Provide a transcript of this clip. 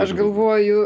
aš galvoju